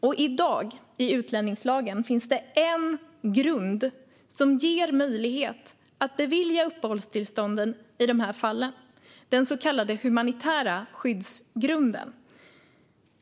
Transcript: I dagens utlänningslag finns en grund som ger möjlighet att bevilja uppehållstillstånden i dessa fall, den så kallade humanitära skyddsgrunden.